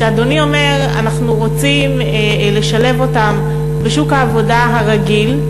כשאדוני אומר שאנחנו רוצים לשלב אותם בשוק העבודה הרגיל,